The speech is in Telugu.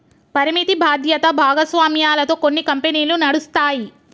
పరిమిత బాధ్యత భాగస్వామ్యాలతో కొన్ని కంపెనీలు నడుస్తాయి